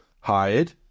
hired